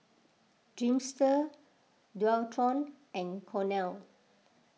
Dreamster Dualtron and Cornell